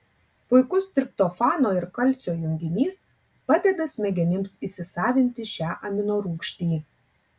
puikus triptofano ir kalcio junginys padeda smegenims įsisavinti šią aminorūgštį